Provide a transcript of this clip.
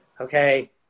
Okay